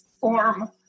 Form